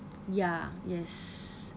ya yes